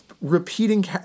repeating